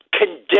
condemn